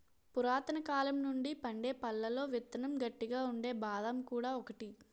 పురాతనకాలం నుండి పండే పళ్లలో విత్తనం గట్టిగా ఉండే బాదం కూడా ఒకటి